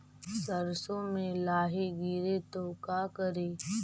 सरसो मे लाहि गिरे तो का करि?